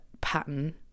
pattern